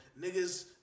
niggas